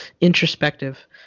introspective